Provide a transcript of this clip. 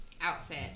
Outfit